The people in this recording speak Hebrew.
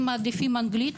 הם מעדיפים אנגלית